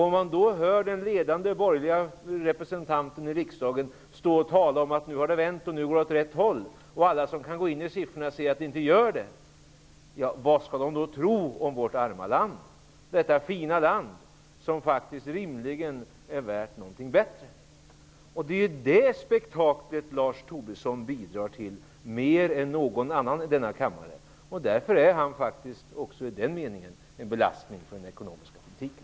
Och då hör man den ledande borgerliga representanten i riksdagen tala om att det nu har vänt och att det går åt rätt håll. Alla kan av siffrorna se att det inte gör det. Vad skall man då tro om vårt arma land, detta fina land som faktiskt rimligen är värt någonting bättre? Det är det spektaklet Lars Tobisson bidrar till mer än någon annan i denna kammare. Därför är han också i den meningen en belastning för den ekonomiska politiken.